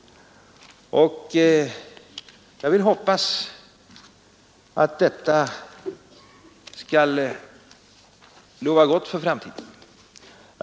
Jag vill hoppas att detta skall lova gott för framtiden.